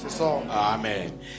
Amen